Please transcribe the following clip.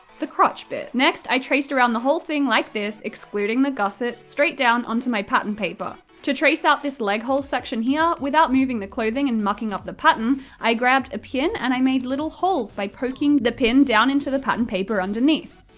the crotch bit. next, i traced around the whole thing like this, excluding the gusset, straight down onto my pattern paper. to trace out this leghole section here, without moving the clothing and mucking up the pattern, i grabbed a pin and i made little holes by poking the pin down into the pattern paper underneath.